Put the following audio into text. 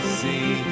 see